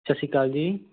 ਸਤਿ ਸ਼੍ਰੀ ਅਕਾਲ ਜੀ